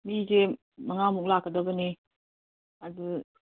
ꯃꯤꯁꯦ ꯃꯉꯥꯃꯨꯛ ꯂꯥꯛꯀꯗꯕꯅꯦ ꯑꯗꯨ